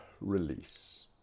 release